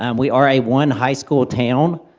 um we are a one high school town.